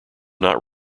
not